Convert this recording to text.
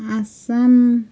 Assam